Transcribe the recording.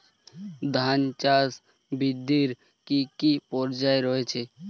ধান চাষ বৃদ্ধির কী কী পর্যায় রয়েছে?